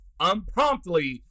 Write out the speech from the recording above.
unpromptly